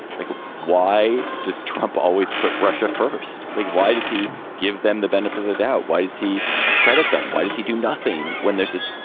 like, why does trump always put russia first? like, why does he give them the benefit of the doubt? why does he credit them? why does he do nothing when there's this,